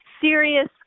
serious